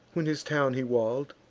when his town he wall'd,